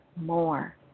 more